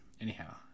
anyhow